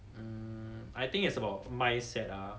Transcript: mm I think it's about mindset ah